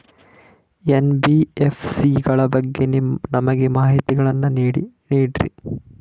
NBFC ಗಳ ಬಗ್ಗೆ ನಮಗೆ ಮಾಹಿತಿಗಳನ್ನ ನೀಡ್ರಿ?